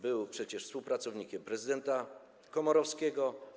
Był przecież współpracownikiem prezydenta Komorowskiego.